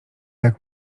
jak